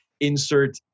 insert